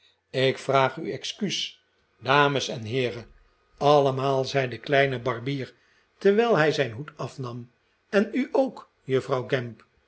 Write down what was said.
ik vraag u excuus dames en heeren allemaal zei de kle ine barbier terwijl hij zijn hoed afnam en u ook juffrouw gamp